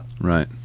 Right